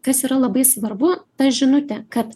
kas yra labai svarbu ta žinutė kad